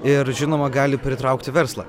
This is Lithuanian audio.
ir žinoma gali pritraukti verslą